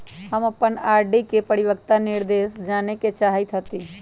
हम अपन आर.डी के परिपक्वता निर्देश जाने के चाहईत हती